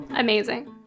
Amazing